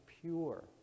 pure